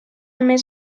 més